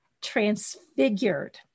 transfigured